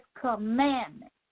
commandments